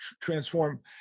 transform